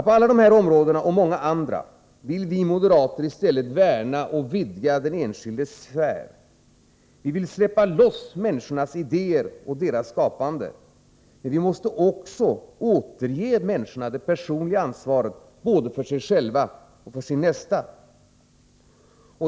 På alla dessa områden, och på många andra, vill vi moderater i stället värna och vidga den enskildes sfär. Vi vill släppa loss enskilda människors idéer och skapande. Men vi måste också återge människorna det personliga ansvaret, både för sig själv och för sin nästa.